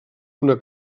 una